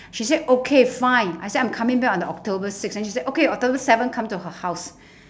she said okay fine I said I'm coming back on the october six and she said okay october seven come to her house